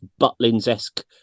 Butlins-esque